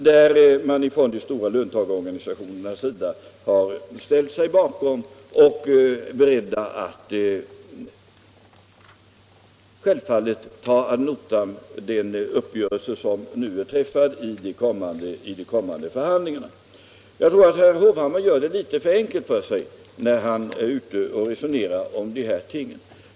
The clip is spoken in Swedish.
Och de stora löntagarorganisationerna har ställt sig bakom förslaget och är självfallet beredda att beakta uppgörelsen som träffats i de kommande avtalsförhandlingarna. Jag tror att herr Hovhammar gör det litet för enkelt för sig när han resonerar om dessa ting.